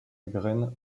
graine